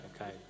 okay